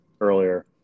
earlier